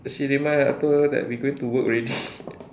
she remind ah I told her that we going to work already